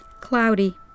Cloudy